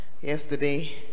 yesterday